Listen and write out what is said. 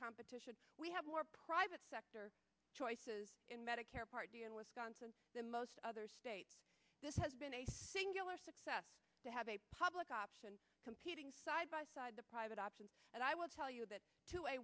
competition we have more private sector choices in medicare part d in wisconsin than most other states this has been a singular success to have a public option competing side by side the private option and i will tell you that to a